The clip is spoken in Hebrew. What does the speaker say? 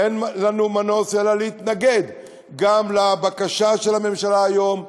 ואין לנו מנוס אלא להתנגד גם לבקשה של הממשלה היום,